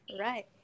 Right